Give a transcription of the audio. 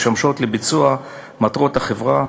משמשות לביצוע מטרות החברה.